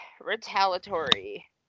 retaliatory